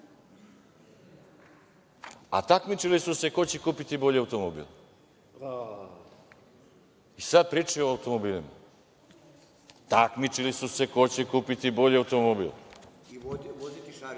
a takmičili su se ko će kupiti bolji automobil, i sada pričaju o automobilima. Takmičili su se ko će kupiti bolji automobil.(Marijan